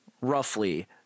roughly